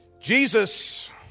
Jesus